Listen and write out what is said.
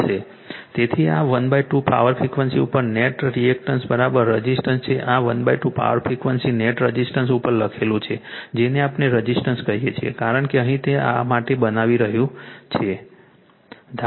તેથી આ 12 power frequency ઉપર નેટ રિએક્ટન્સ રઝિસ્ટર છે આ 12 પાવર ફ્રીક્વન્સી નેટ રઝિસ્ટન્સ ઉપર લખાયેલું છે જેને આપણે રઝિસ્ટર કહીએ છીએ કારણ કે અહીં તે માટે બનાવી રહ્યું છે